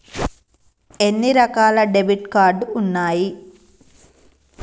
ఎన్ని రకాల debit card ఉన్నాయి?